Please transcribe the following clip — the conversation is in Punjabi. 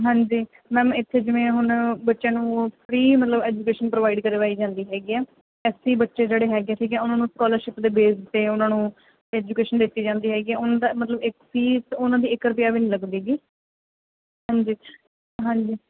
ਹਾਂਜੀ ਮੈਮ ਇੱਥੇ ਜਿਵੇਂ ਹੁਣ ਬੱਚਿਆਂ ਨੂੰ ਫਰੀ ਮਤਲਬ ਐਜੂਕੇਸ਼ਨ ਪ੍ਰੋਵਾਈਡ ਕਰਵਾਈ ਜਾਂਦੀ ਹੈਗੀ ਆ ਐਸ ਸੀ ਬੱਚੇ ਜਿਹੜੇ ਹੈਗੇ ਸੀਗੇ ਉਹਨਾਂ ਨੂੰ ਸਕਾਲਰਸ਼ਿਪ ਦੇ ਬੇਸ 'ਤੇ ਉਹਨਾਂ ਨੂੰ ਐਜੂਕੇਸ਼ਨ ਦਿੱਤੀ ਜਾਂਦੀ ਹੈਗੀ ਆ ਉਹਨਾਂ ਦਾ ਮਤਲਬ ਇੱਕ ਫੀਸ ਉਹਨਾਂ ਦੀ ਇੱਕ ਰੁਪਇਆ ਵੀ ਨਹੀਂ ਲੱਗਦੀ ਹੈਗੀ ਹਾਂਜੀ